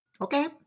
Okay